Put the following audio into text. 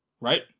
right